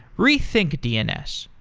rethink dns,